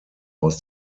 aus